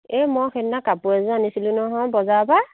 এই মই সেইদিনা কাপোৰ এযোৰ আনিছিলোঁ নহয় বজাৰৰ পৰা